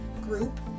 Group